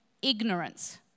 ignorance